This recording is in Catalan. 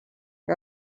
que